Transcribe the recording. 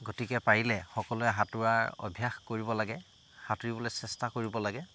গতিকে পাৰিলে সকলোৱে সাঁতোৰাৰ অভ্যাস কৰিব লাগে সাঁতুৰিবলৈ চেষ্টা কৰিব লাগে